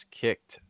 kicked